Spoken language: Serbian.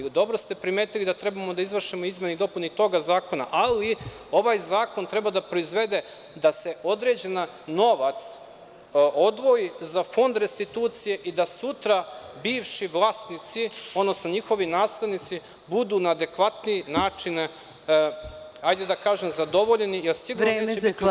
Dobro ste primetili da treba da izvršimo izmene i dopune i toga zakona, ali ovaj zakon treba da proizvode da se određen novac odvoji za Fond restitucije i da sutra bivši vlasnici, odnosno njihovi naslednici, budu na adekvatan način, ajde da kažem, zadovoljeni, sigurno neće biti u punoj meri.